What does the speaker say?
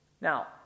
Now